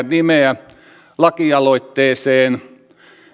nimeä lakialoitteeseen